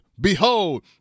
behold